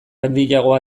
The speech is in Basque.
handiagoa